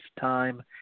time